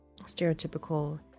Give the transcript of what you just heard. stereotypical